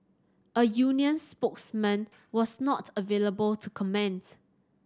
a union spokesman was not available to comment